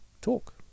talk